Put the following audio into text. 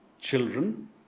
children